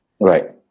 Right